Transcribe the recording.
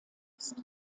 ist